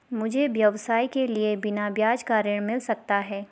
मुझे व्यवसाय के लिए बिना ब्याज का ऋण मिल सकता है?